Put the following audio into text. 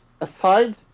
aside